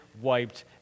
wiped